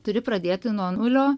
turi pradėti nuo nulio